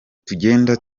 tugenda